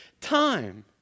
time